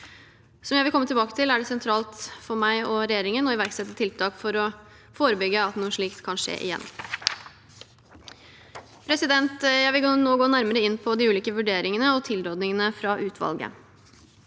Som jeg vil komme tilbake til, er det sentralt for meg og regjeringen å iverksette tiltak for å forebygge at noe slikt kan skje igjen. Jeg vil nå gå nærmere inn på de ulike vurderingene og tilrådingene fra utvalget.